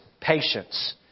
patience